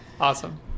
Awesome